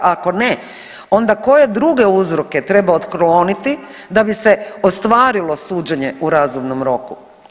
Ako ne, onda koje druge uzroke treba otkloniti da bi se ostvarilo suđenje u razumnom roku.